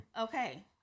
Okay